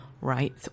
right